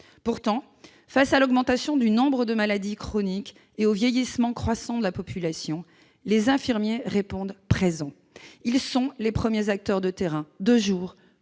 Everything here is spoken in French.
Pourtant, face à l'augmentation du nombre de maladies chroniques et au vieillissement croissant de la population, les infirmiers répondent présent. Ils sont les premiers acteurs de terrain, de jour comme